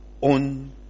on